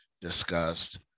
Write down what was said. discussed